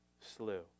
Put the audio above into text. slew